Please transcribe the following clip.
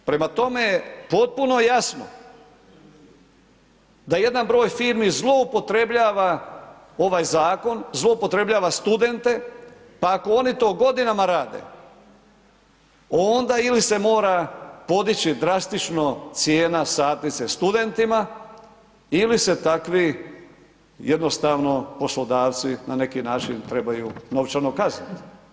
Prema tome, potpuno jasno da jedan broj firmi zloupotrebljava ovaj zakon, zloupotrebljava studente pa ako oni to godinama rade, onda ili se mora podići drastično cijena satnice studentima, ili se takvi jednostavno poslodavci, na neki način trebaju novčano kazniti.